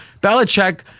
Belichick